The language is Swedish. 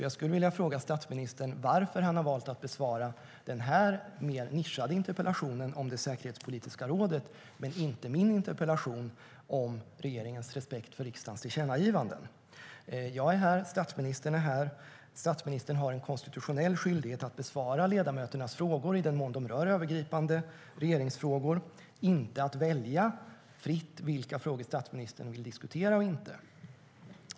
Jag skulle vilja fråga statsministern varför han har valt att besvara den mer nischade interpellationen om det säkerhetspolitiska rådet men inte min interpellation om regeringens respekt för riksdagens tillkännagivanden. Jag är här. Statsministern är här. Statsministern har en konstitutionell skyldighet att besvara ledamöternas frågor i den mån de rör övergripande regeringsfrågor. Det handlar inte för statsministern om att välja fritt vilka frågor han vill och inte vill diskutera.